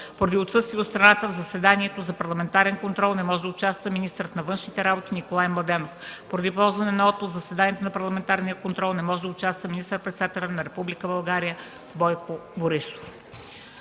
Поради отсъствие от страната в заседанието за парламентарен контрол не може да участва министърът на външните работи Николай Младенов. Поради ползване на отпуск в заседанието за парламентарен контрол не може да участва министър-председателят на Република България Бойко Борисов.